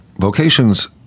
vocations